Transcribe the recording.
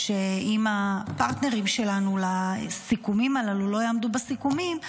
אם הפרטנרים שלנו לסיכומים הללו לא יעמדו בסיכומים,